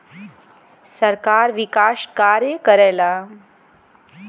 सरकार विकास कार्य करला